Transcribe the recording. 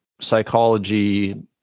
psychology